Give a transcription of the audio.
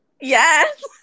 Yes